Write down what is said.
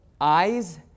eyes